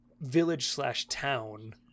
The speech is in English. village-slash-town